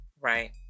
right